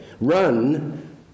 Run